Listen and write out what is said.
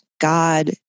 God